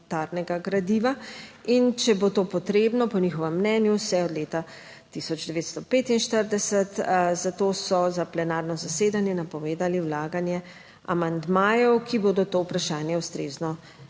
in če bo to potrebno, po njihovem mnenju vse od leta 1945. Zato so za plenarno zasedanje napovedali vlaganje amandmajev, ki bodo to vprašanje ustrezno